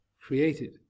created